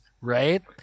right